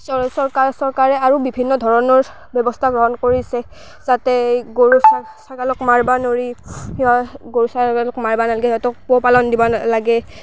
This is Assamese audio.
চৰ চৰকাৰ চৰকাৰে আৰু বিভিন্ন ধৰণৰ ব্যৱস্থা গ্ৰহণ কৰিছে যাতে এই গৰু ছা ছাগালক মাৰিব নোৱাৰি সিহ গৰু ছাগালক মাৰিব নালাগে সিহঁতক পোহ পালন দিব না লাগে